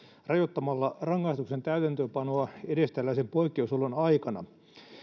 rajoittamalla rangaistuksen täytäntöönpanoa edes tällaisen poikkeusolon aikana